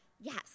Yes